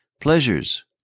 pleasures